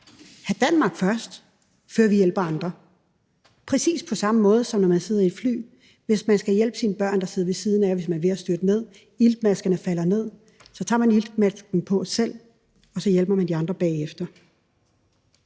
igennem det først, før vi hjælper andre, præcis på samme måde, som når man sidder i et fly. Hvis man skal hjælpe sine børn, der sidder ved siden af, og hvis man er ved at styrte ned, iltmaskerne falder ned, så tager man iltmasken på selv, og så hjælper man de andre bagefter.